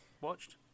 watched